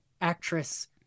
actress